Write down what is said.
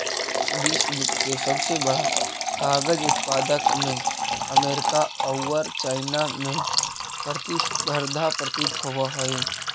विश्व के सबसे बड़ा कागज उत्पादक में अमेरिका औउर चाइना में प्रतिस्पर्धा प्रतीत होवऽ हई